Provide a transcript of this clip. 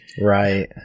Right